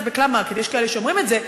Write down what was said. ב"קלאב מרקט" יש כאלה שאומרים את זה,